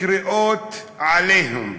קריאות "עליהום",